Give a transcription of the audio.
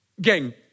Gang